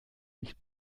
mich